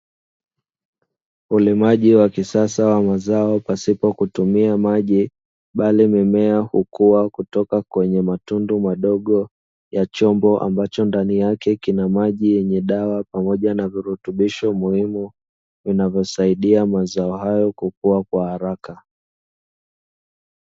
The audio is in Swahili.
Ulimaji wa kisasa wa mazao pasipo kutumia maji, bali mimea hukua kutoka kwenye matundu madogo ya chombo ambacho ndani yake kina maji yenye dawa pamoja na virutubisho muhimu, vinavyosaidia mazao hayo kukua kwa haraka.